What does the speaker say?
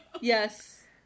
Yes